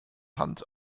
hand